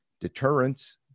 Deterrence